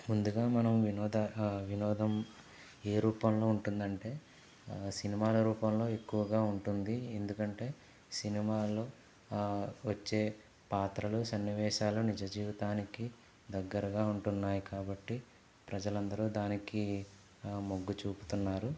ముందుగా మనం వినోద వినోదం ఏ రూపంలో ఉంటుందంటే సినిమాల రూపంలో ఎక్కువగా ఉంటుంది ఎందుకంటే సినిమాలో వచ్చే పాత్రలు సన్నివేశాలు నిజ జీవితానికి దగ్గరగా ఉంటున్నాయి కాబట్టి ప్రజలందరూ దానికి మొగ్గు చూపుతున్నారు